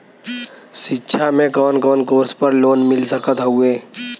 शिक्षा मे कवन कवन कोर्स पर लोन मिल सकत हउवे?